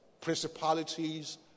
principalities